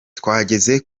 twageze